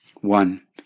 One